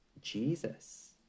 Jesus